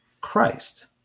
Christ